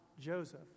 Joseph